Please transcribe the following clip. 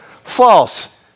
False